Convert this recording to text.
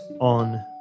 on